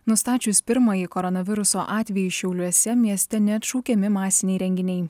nustačius pirmąjį koronaviruso atvejį šiauliuose mieste neatšaukiami masiniai renginiai